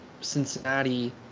Cincinnati